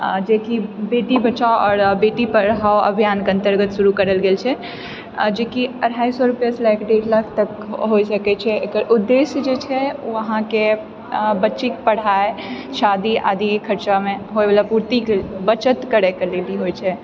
जेकि बेटी बचाओ आओर बेटी पढ़ाओ अभियानकेँ अंतर्गत शुरू करल गेल छै जेकि अढ़ाइ सए रुपआसँ लए कऽ डेढ़ लाख तकके होय सकैत छै एकर उद्देश्य जे छै ओ अहाँकेँ बच्चीके पढ़ाइ शादी आदिके खर्चामे होए वाला पूर्तिके बचत करिके लेल ई होइ छै